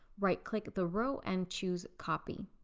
right click the row and choose copy.